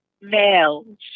males